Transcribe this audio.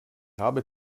habe